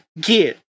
get